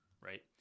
right